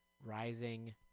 Rising